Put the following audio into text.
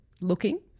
looking